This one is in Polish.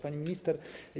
Pani Minister!